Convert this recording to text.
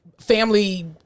family